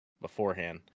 beforehand